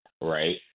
right